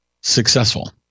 successful